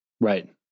Right